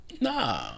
Nah